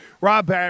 Rob